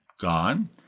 gone